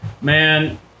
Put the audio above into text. Man